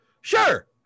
Sure